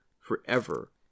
forever